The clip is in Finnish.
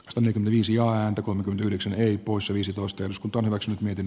tästä viisi ääntä kun yhdeksän eri poissa viisitoista jos kuntoillakseen miten